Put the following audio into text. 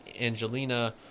Angelina